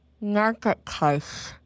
Marketplace